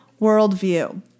worldview